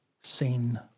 seen